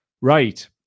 Right